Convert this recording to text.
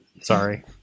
Sorry